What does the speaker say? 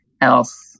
else